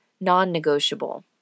non-negotiable